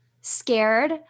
scared